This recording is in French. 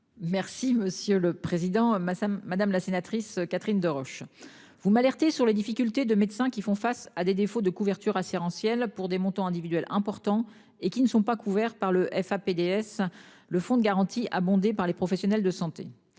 Merci monsieur le président, madame, madame la sénatrice Catherine Deroche vous m'alerter sur les difficultés de médecins qui font face à des défauts de couverture assurantielle pour des montants individuels important et qui ne sont pas couverts par le F. PDS le fonds de garantie, abondé par les professionnels de santé.